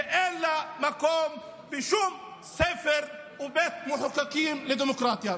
ואין לה מקום בשום ספר ובית מחוקקים לדמוקרטיה.